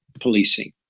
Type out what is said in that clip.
policing